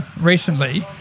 recently